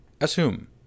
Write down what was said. Assume